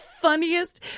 funniest